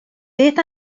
beth